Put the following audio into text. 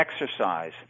exercise